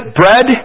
bread